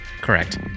Correct